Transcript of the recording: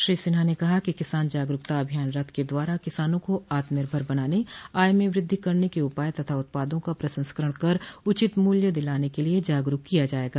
श्री सिन्हा ने कहा कि किसान जागरूकता अभियान रथ के द्वारा किसानों को आत्मनिर्भर बनाने आय में वृद्धि करने के उपाय तथा उत्पादों का प्रसंस्करण कर उचित मूल्य दिलाने के लिए जागरूक किया जायेगा